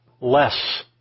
less